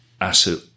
asset